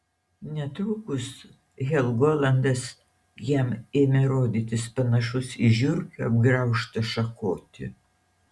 netrukus helgolandas jam ėmė rodytis panašus į žiurkių apgraužtą šakotį